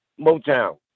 Motown